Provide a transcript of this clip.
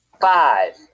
five